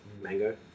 mango